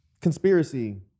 conspiracy